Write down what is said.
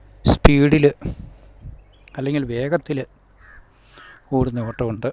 സ്പീഡില് അല്ലെങ്കിൽ വേഗത്തില് ഓടുന്ന ഓട്ടം ഉണ്ട്